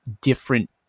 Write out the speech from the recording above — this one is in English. different